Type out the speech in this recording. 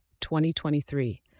2023